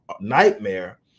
nightmare